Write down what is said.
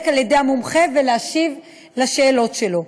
על ידי המומחה ולהשיב על שאלות שלו.